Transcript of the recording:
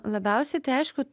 labiausiai tai aišku